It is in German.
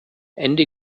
ende